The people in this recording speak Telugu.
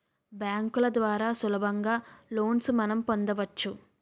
బ్యాంకుల ద్వారా సులభంగా లోన్స్ మనం పొందవచ్చు